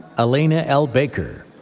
elena l. baker,